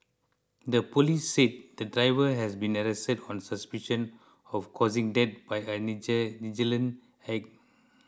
the police said the driver has been arrested on suspicion of causing death by a negligent act